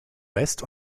west